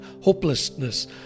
hopelessness